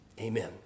Amen